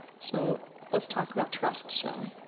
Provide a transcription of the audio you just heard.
so let's talk about trust shall we?